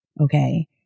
okay